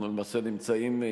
למעשה אנחנו נמצאים,